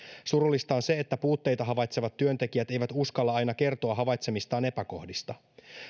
surullista on se että puutteita havaitsevat työntekijät eivät uskalla aina kertoa havaitsemistaan epäkohdista